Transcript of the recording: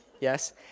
Yes